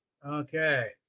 Okay